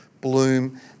Bloom